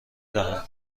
دهم